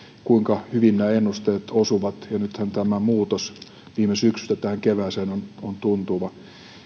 kuinka hyvin nämä ennusteet osuvat ja nythän tämä muutos viime syksystä tähän kevääseen on on tuntuva